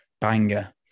banger